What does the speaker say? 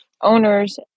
owners